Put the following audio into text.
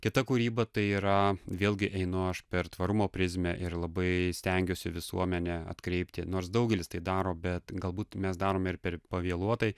kita kūryba tai yra vėlgi einu aš per tvarumo prizmę ir labai stengiuosi visuomenę atkreipti nors daugelis tai daro bet galbūt mes darome ir per pavėluotai